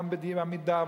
גם ב"עמידר",